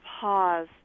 pause